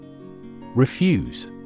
Refuse